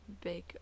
big